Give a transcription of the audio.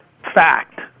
Fact